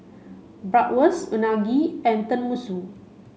Bratwurst Unagi and Tenmusu